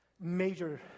major